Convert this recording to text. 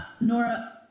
nora